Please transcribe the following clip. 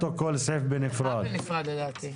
זו עבודה של החברים פה מאיגוד הרישוי.